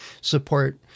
support